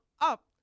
up